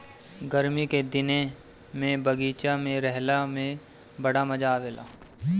गरमी के दिने में बगीचा में रहला में बड़ा मजा आवेला